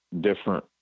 different